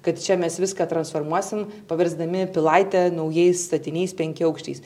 kad čia mes viską transformuosim paversdami pilaitę naujais statiniais penkiaaukščiais